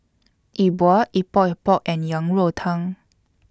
E Bua Epok Epok and Yang Rou Tang